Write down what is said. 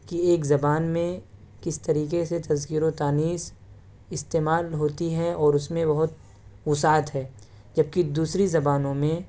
کہ ایک زبان میں کس طریقے سے تذکیر و تانیث استعمال ہوتی ہیں اور اس میں بہت وسعت ہے جب کہ دوسری زبانوں میں